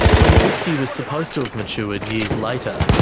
when the whisky was supposed to have matured years later,